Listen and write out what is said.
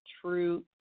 true